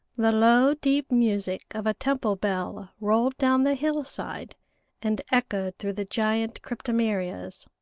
the low, deep music of a temple bell rolled down the hillside and echoed through the giant cryptomerias.